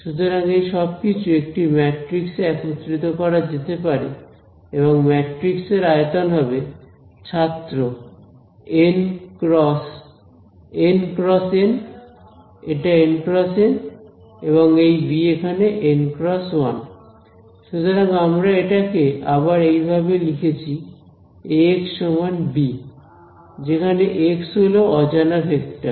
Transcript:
সুতরাং এই সবকিছু একটি ম্যাট্রিক্স এ একত্রিত করা যেতে পারে এবং ম্যাট্রিক্সের আয়তন হবে ছাত্র এন ক্রস N × N এটা N × N এবং এই বি এখানে N × 1 সুতরাং আমরা এটাকে আবার এইভাবে লিখেছি Ax সমান b যেখানে x হল অজানা ভেক্টর